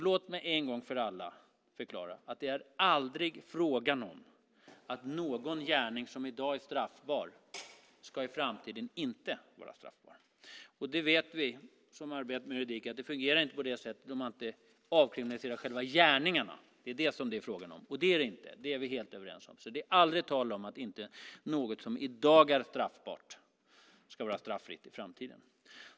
Låt mig en gång för alla förklara att det aldrig är fråga om att någon gärning som i dag är straffbar i framtiden inte ska vara straffbar. Vi som arbetar med juridik vet att det inte fungerar på det sättet, om man inte avkriminaliserar själva gärningarna. Det är det som det är fråga om, och så är det inte. Det är vi helt överens om. Det är aldrig tal om att något som i dag är straffbart ska vara straffritt i framtiden.